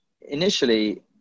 Initially